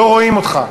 לא רואים אותך,